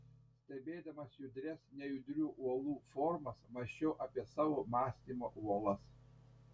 stebėdamas judrias nejudrių uolų formas mąsčiau apie savo mąstymo uolas